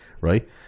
right